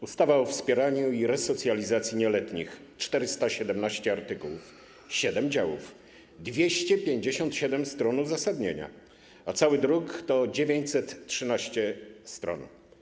Ustawa o wspieraniu i resocjalizacji nieletnich: 417 artykułów, 7 działów, 257 stron uzasadnienia, a cały druk to 913 stron.